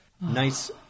nice